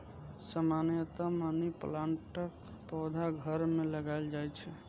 सामान्यतया मनी प्लांटक पौधा घर मे लगाएल जाइ छै